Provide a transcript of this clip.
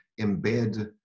embed